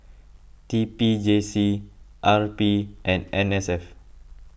T P J C R P and N S F